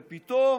ופתאום